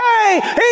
hey